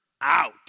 out